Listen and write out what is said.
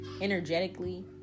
energetically